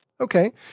Okay